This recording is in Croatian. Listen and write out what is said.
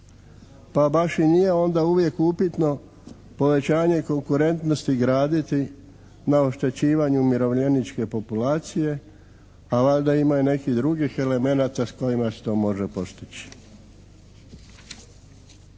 Pa baš i nije onda uvije upitno povećanje konkurentnosti graditi na oštećivanju umirovljeničke populacije, a valjda ima i nekih drugih elemenata s kojima se to može postići.